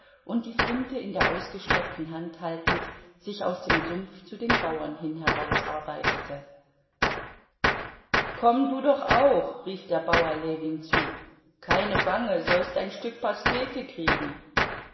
und die flinte in der ausgestreckten hand haltend sich aus dem sumpf zu den bauern hin herausarbeitete komm du doch auch rief der bauer ljewin zu keine bange sollst ein stück pastete kriegen